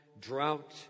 drought